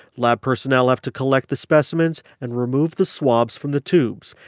lab personnel have to collect the specimens and remove the swabs from the tubes.